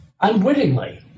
unwittingly